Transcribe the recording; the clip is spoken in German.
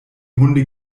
hunde